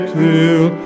till